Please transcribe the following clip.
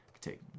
take